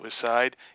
suicide